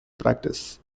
practice